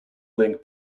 link